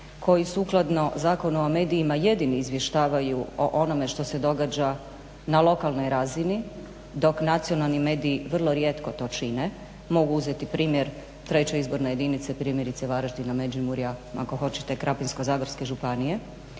koji sukladno Zakonu o medijima jedini izvještavaju o onome što se događa na lokalnoj razini dok nacionalni mediji vrlo rijetko to čine. Mogu uzeti primjer treće izborne jedinice primjerice Varaždina, Međimurja, ako hoćete Krapinsko-zagorske županije,